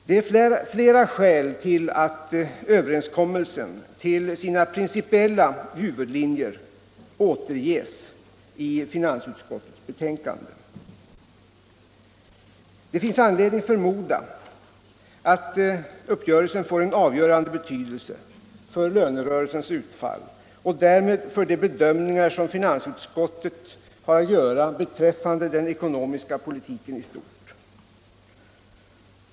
Det är flera skäl till att överenskommelsen till sina principiella huvudlinjer återges i finansutskottets betänkande. Det finns anledning förmoda att uppgörelsen får en avgörande betydelse för lönerörelsens utfall och därmed för de bedömningar som finansutskottet har att göra beträffande den ekonomiska politiken i stort.